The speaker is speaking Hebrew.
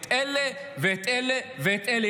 את אלה ואת אלה ואת אלה.